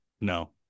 no